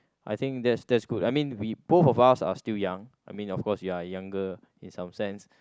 I think that's that's good I mean we both of us are still young I mean of course you're younger in some sense